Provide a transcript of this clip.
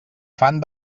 fan